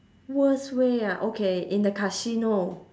worst way ah okay in the casino